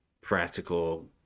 practical